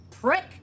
prick